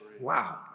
Wow